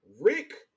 Rick